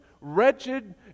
wretched